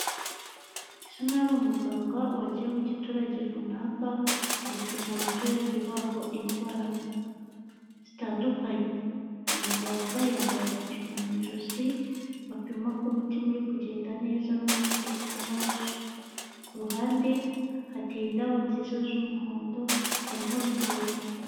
Bisa nkaho ari umuganga wagiye mu giturage runaka gupima abaturage baho indwara zitandukanye, umuganga yambaye agapimo mu ijosi bapimako umutima uri kugenda neza n'umuvuduko w'amaraso, ku ruhande hateye indabo nziza z'umuhondo, hari n'urutoki.